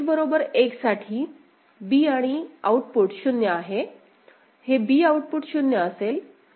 X बरोबर 1 साठी b आणि आउटपुट 0 आहे हे b आउटपुट 0 असेल